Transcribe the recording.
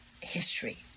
history